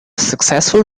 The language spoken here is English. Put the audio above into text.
successful